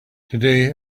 today